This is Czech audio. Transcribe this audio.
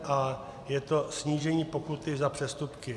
A je to snížení pokuty za přestupky.